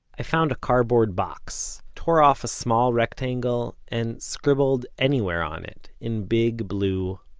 i found a cardboard box, tore off a small rectangle, and scribbled anywhere on it in big blue,